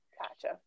Gotcha